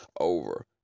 over